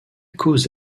cause